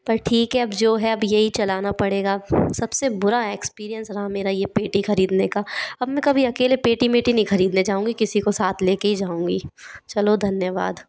पर ठीक है अब जो है अब यही चलाना पड़ेगा सब से बुरा एक्सपीरियेंस रहा मेरा ये पेठी ख़रीदने का अब मैं कभी अकेले पेठी मेठी नहीं ख़रीदने जाऊँगी किसी को साथ ले के ही जाऊँगी चलो धन्यवाद